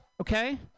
okay